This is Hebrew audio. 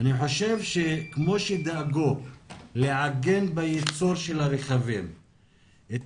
אני חושב שכמו שדאגו לעגן בייצור של הרכבים את